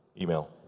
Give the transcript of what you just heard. email